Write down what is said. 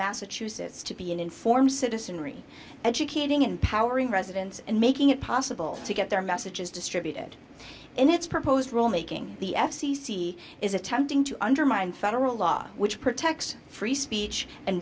massachusetts to be an informed citizenry educating empowering residents and making it possible to get their messages distributed and it's proposed rule making the f c c is attempting to undermine federal law which protects free speech and